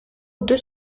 deux